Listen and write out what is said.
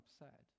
upset